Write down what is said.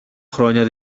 χρόνια